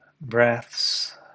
breaths